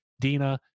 Dina